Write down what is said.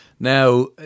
Now